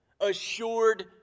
assured